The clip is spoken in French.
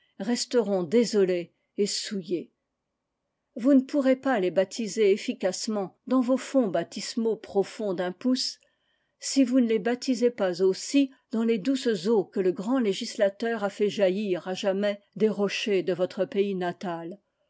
resteront désolés et souillés vous ne pourrez pas les baptiser efficacement dans vos fonts baptismaux profonds d'un pouce si vous ne les baptisez aussi dans les douces eaux que le grand législateur i a fait jaillir à jamais des rochers de votre pays natal